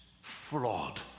Fraud